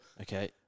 Okay